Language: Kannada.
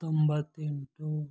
ತೊಂಬತ್ತೆಂಟು